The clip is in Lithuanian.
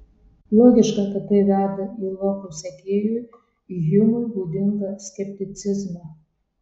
logiška kad tai veda į loko sekėjui hjumui būdingą skepticizmą